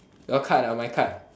your card or my card